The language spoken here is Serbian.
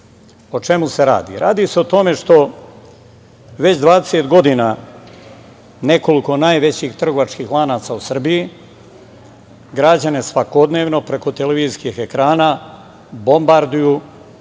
O čemu se radi? Radi se o tome što već dvadeset godina nekoliko najvećih trgovačkih lanaca u Srbiji građane svakodnevno preko televizijskih ekrana bombarduju